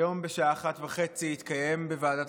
היום בשעה 13:30 תתקיים בוועדת